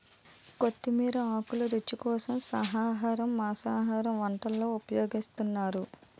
కొత్తిమీర ఆకులు రుచి కోసం శాఖాహార మాంసాహార వంటల్లో ఉపయోగిస్తున్నారు